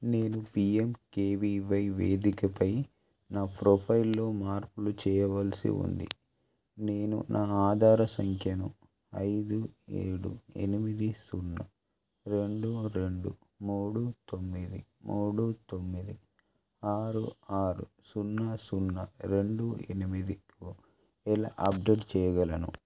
నేను పీఎంకేవీవై వేదికపై నా ప్రొఫైల్లో మార్పులు చేయవలసి ఉంది నేను నా ఆధార సంఖ్యను ఐదు ఏడు ఎనిమిది సున్నా రెండు రెండు మూడు తొమ్మిది మూడు తొమ్మిది ఆరు ఆరు సున్నా సున్నా రెండు ఎనిమిదికు ఎలా అప్డేట్ చేయగలను